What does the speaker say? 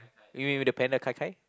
you mean the panda Kai Kai